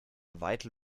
vital